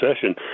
session